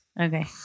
Okay